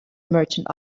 merchant